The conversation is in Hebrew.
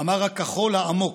אמר הכחול העמוק,